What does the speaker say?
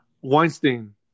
Weinstein